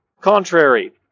contrary